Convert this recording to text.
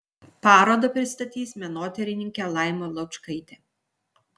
parodą pristatys menotyrininkė laima laučkaitė